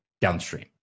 downstream